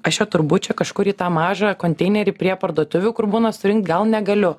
aš čia turbūt čia kažkur į tą mažą konteinerį prie parduotuvių kur būna surinkt gal negaliu